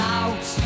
out